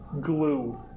glue